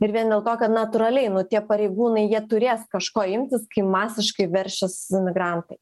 ir vien dėl to kad natūraliai nu tie pareigūnai jie turės kažko imtis kai masiškai veršis imigrantai